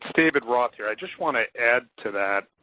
david roth here. i just want to add to that,